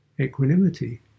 equanimity